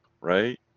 right